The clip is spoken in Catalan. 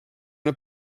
una